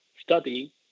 study